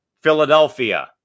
Philadelphia